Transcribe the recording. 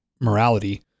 morality